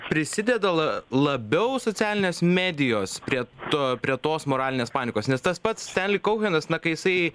prisideda la labiau socialinės medijos prie to prie tos moralinės panikos nes tas pats teli kauhenas na kai jisai